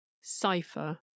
cipher